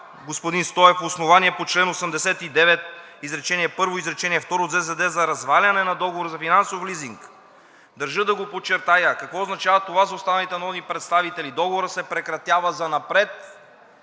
господин Стоев, основание по чл. 89 изречение първо, изречение второ от ЗЗД за разваляне на договор за финансов лизинг.“ Държа да го подчертая какво означава това за останалите народни представители? Договорът се прекратява занапред